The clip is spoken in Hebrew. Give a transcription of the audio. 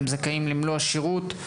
והם זכאים למלוא השירות.